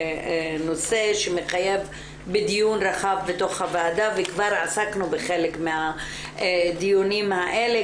נושא מחייב דיון רחב בתוך הוועדה וכבר עסקנו בחלק מהדיונים האלה,